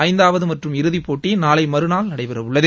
ஐந்தாவது மற்றும் இறுதிப் போட்டி நாளை மறுநாள் நடைபெறவுள்ளது